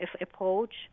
approach